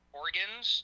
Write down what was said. organs